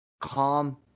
calm